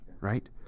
right